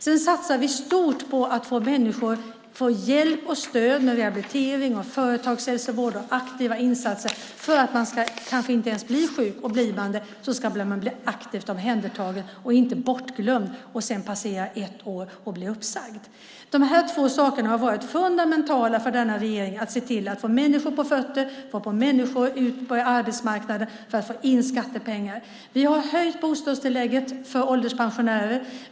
Vi satsar stort på att människor ska få hjälp och stöd med rehabilitering och också få hjälp av företagshälsovården samt genom aktiva insatser för att kanske inte ens behöva bli sjuk. Därför ska man bli aktivt omhändertagen och inte bortglömd. Risken är annars att ett år passerar och man blir uppsagd. Dessa två saker har varit fundamentala för denna regering - att se till att få människor på fötter, få människor ut på arbetsmarknaden och därmed få in skattepengar. Vi har höjt bostadstillägget för ålderspensionärer.